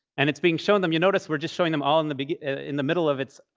and it's being shown them. you notice we're just showing them all in the in the middle of its